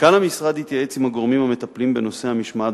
מנכ"ל המשרד התייעץ עם הגורמים המטפלים בנושא המשמעת